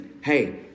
hey